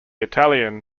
italian